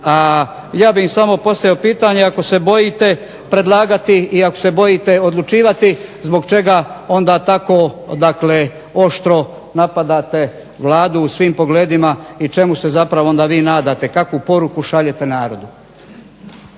A ja bih im samo postavio pitanje ako se bojite predlagati i ako se bojite odlučivati zbog čega onda tako dakle oštro napadate Vladu u svim pogledima i čemu se zapravo onda vi nadate, kakvu poruku šaljete narodu.